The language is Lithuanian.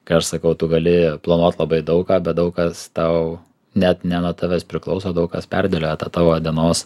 kai aš sakau tu gali planuot labai daug ką bet daug kas tau net ne nuo tavęs priklauso daug kas perdėlioja tą tavo dienos